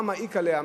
מה מעיק עליה,